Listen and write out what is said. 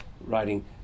writing